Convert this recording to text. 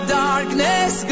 darkness